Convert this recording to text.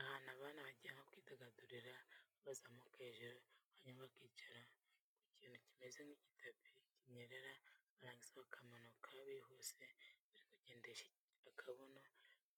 Ahantu abana bajyanwa kwidagadurira aho bazamuka hejuru hanyuma bakicara ku kintu kimeze nk'itapi kinyerera barangiza bakamanuka bihuse bari kugendesha akabuno